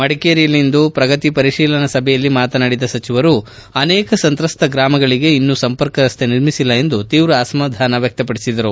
ಮಡಿಕೇರಿಯಲ್ಲಿಂದು ಶ್ರಗತಿ ಪರಿತೀಲನಾ ಸಭೆಯಲ್ಲಿ ಮಾತನಾಡಿದ ಸಚಿವರು ಅನೇಕ ಸಂತ್ರಸ್ತ ಗ್ರಾಮಗಳಿಗೆ ಇನ್ನೂ ಸಂಪರ್ಕ ರಸ್ತೆ ನಿರ್ಮಿಸಿಲ್ಲ ಎಂದು ತೀವ್ರ ಅಸಮಾಧಾನ ವ್ಯಕ್ತಪಡಿಸಿದರು